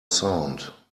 sound